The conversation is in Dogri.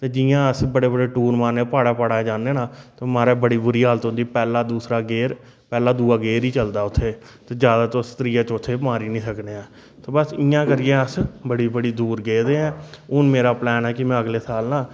ते जियां अस बड़े बड़े टूर मारने आं प्हाड़ां प्हाड़ां च जाने ना ते महाराज बड़ी बुरी हालत होंदी पैह्ला दूसरा गेअर पैहला दूआ गेअर ही चलदा उत्थे ते ज्यादा तुस त्रीआ चौथा मारी नी सकने आं ते बस इयां करियै अस बड़ी बड़ी दूर गेदे आं हून मेरा प्लैन ऐ कि मैं अगले साल ना